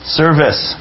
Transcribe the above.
service